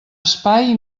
espai